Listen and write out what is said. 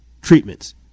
treatments